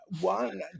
One